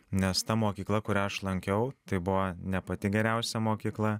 nes ta mokykla kurią aš lankiau tai buvo ne pati geriausia mokykla